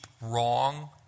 wrong